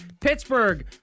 Pittsburgh